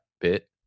bit